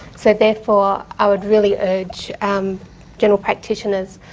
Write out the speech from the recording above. so therefore i would really urge um general practitioners,